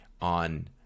on